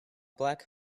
black